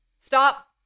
Stop